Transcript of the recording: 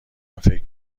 فکر